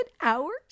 hours